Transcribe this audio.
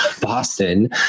Boston